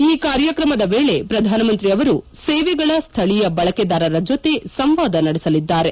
ಈ ಕಾರ್ಯಕ್ರಮದ ವೇಳೆ ಪ್ರಧಾನಮಂತ್ರಿ ಅವರು ಸೇವೆಗಳ ಸ್ವಳೀಯ ಬಳಕೆದಾರರ ಜೊತೆ ಸಂವಾದ ನಡೆಸಲಿದ್ದಾರೆ